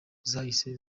zahise